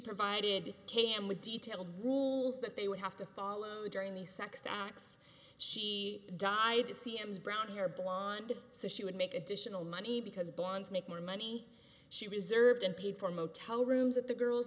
provided cam with detailed rules that they would have to follow during the sex acts she died to cm's brown hair blonde so she would make additional money because blondes make more money she was served and paid for motel rooms at the girls